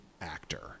actor